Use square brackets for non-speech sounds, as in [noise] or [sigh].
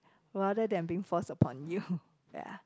rather than being forced upon you [laughs] ya